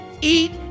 eat